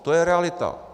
To je realita.